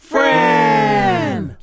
Friend